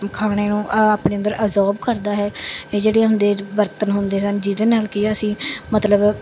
ਖਾਣੇ ਨੂੰ ਆ ਆਪਣੇ ਅੰਦਰ ਅਜੋਰਬ ਕਰਦਾ ਹੈ ਇਹ ਜਿਹੜੀਆਂ ਹੁੰਦੇ ਬਰਤਨ ਹੁੰਦੇ ਸਨ ਜਿਹਦੇ ਨਾਲ ਕਿ ਅਸੀਂ ਮਤਲਬ